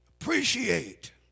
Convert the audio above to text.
Appreciate